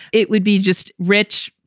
it would be just rich,